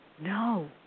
No